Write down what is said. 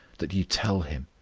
that ye tell him,